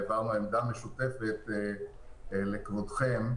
העברנו עמדה משותפת לכבודכם.